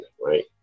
right